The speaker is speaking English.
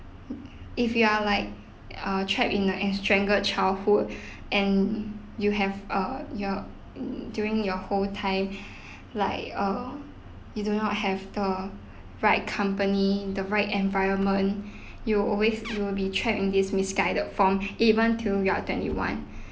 if you are like uh trapped in the estranged childhood and you have uh your during your whole time like uh you do not have the right company the right environment you always will be trapped in these misguided form even till you're twenty one